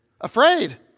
Afraid